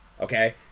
Okay